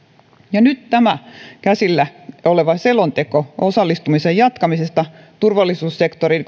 ja nyt tämä käsillä oleva selonteko osallistumisen jatkamisesta turvallisuussektorin